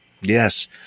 Yes